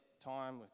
time